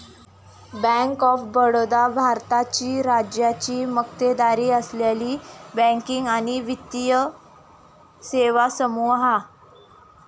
bank of Baroda भारताची राज्याची मक्तेदारी असलेली बँकिंग आणि वित्तीय सेवा समूह हा